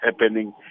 happening